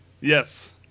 Yes